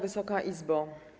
Wysoka Izbo!